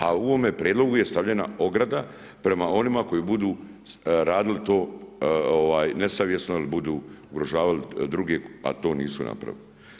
A u ovome prijedlogu je stavljena ograda prema onima koji budu radili to nesavjesno ili budu ugrožavali druge, a to nisu napravili.